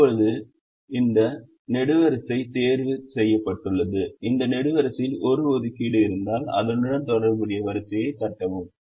இப்போது இந்த நெடுவரிசை தேர்வு செய்யப்பட்டுள்ளது அந்த நெடுவரிசையில் ஒரு ஒதுக்கீடு இருந்தால் அதனுடன் தொடர்புடைய வரிசையைத் தட்டவும்